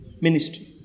ministry